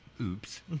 Oops